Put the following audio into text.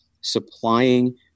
supplying